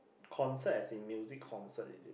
concept as in music concert is it